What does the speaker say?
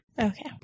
okay